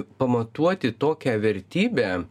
pamatuoti tokią vertybę